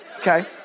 Okay